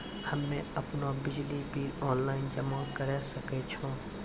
हम्मे आपनौ बिजली बिल ऑनलाइन जमा करै सकै छौ?